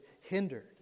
hindered